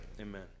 Amen